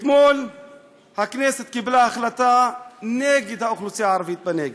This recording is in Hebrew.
אתמול הכנסת קיבלה החלטה נגד האוכלוסייה הערבית בנגב.